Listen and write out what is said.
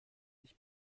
nicht